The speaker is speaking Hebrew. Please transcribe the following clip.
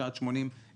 שעד 80 ק"מ,